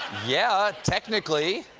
yeah, technically.